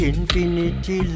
Infinity